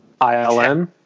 ILM